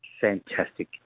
fantastic